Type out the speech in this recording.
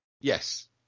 Yes